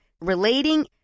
relating